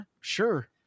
Sure